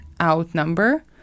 outnumber